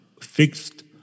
fixed